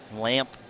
Lamp